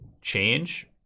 change